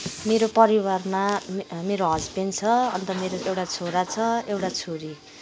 मेरो परिवारमा मेरो हस्बेन्ड छ अन्त मेरो एउटा छोरा छ एउटा छोरी